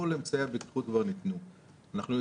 כל אמצעי הבטיחות כבר ניתנו.